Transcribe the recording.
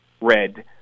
Red